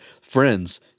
friends